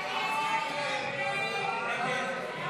הסתייגות 60 לא